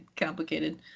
complicated